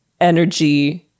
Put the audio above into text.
energy